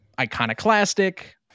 Iconoclastic